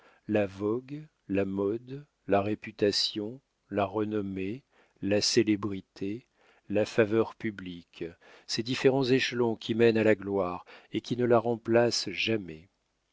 la vogue la mode la réputation la renommée la célébrité la faveur publique ces différents échelons qui mènent à la gloire et qui ne la remplacent jamais